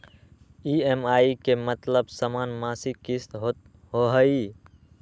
EMI के मतलब समान मासिक किस्त होहई?